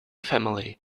family